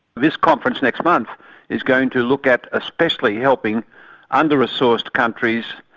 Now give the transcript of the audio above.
this conference next month is going to look at especially helping under-resourced countries,